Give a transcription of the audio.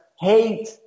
hate